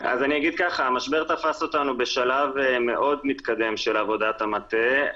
המשבר תפס אותנו בשלב מאוד מתקדם של עבודת המטה.